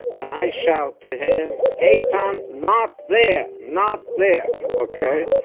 and i shout to him eytan, not there! not there, ok?